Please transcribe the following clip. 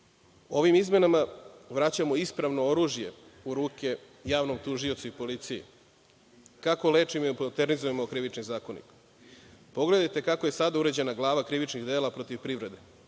Ovim izmenama vraćamo ispravno oružje u ruke javnom tužiocu i policiji. Kako lečimo Krivični zakonik? Pogledajte kako je sada uređena glava krivičnih dela protiv privrede.